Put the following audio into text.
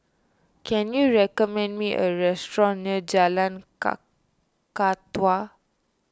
can you recommend me a restaurant near Jalan Kakatua